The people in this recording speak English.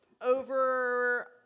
over